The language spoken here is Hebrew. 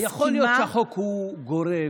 יכול להיות שהחוק גורף.